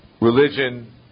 religion